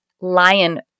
lion